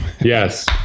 yes